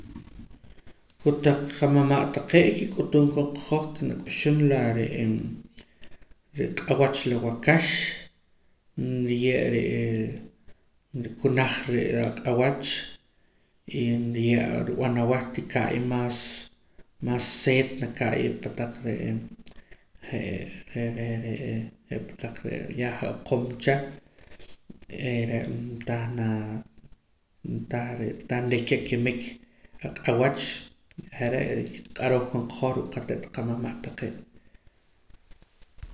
Kutaq qamama' taqee' kik'utum koon qahoj ke nak'uxum la re'e riq'awach la waakax nriye' re'ee nrikunaj re' re' aq'awach y nriye' a nrub'an awah tika'ya mas seet naka'ya pa taq re'ee je' je' pataq re' yah oqum cha eere' ntah na ntah re' ntah nrika akimik aq'awach je're' q'arooj koon qahoj ruu' qate't qamama' taqee'